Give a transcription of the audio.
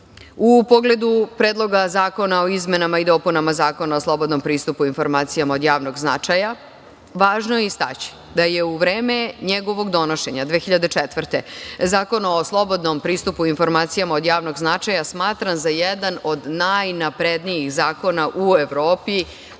U pogledu Predloga o izmenama i dopunama Zakona o slobodnom pristupu informacijama od javnog značaja, važno je istaći da je u vreme njegovog donošenja 2004. godine, Zakon o slobodnom pristupu informacijama od javnog značaja smatran za jedan od najnaprednijih zakona u Evropi